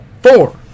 four